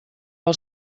els